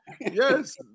yes